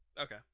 Okay